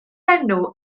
enw